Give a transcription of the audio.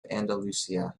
andalusia